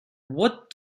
what